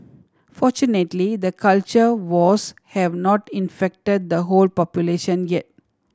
fortunately the culture wars have not infected the whole population yet